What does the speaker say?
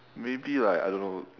maybe like I don't know